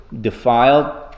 defiled